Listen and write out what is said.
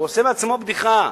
הוא עושה מעצמו בדיחה.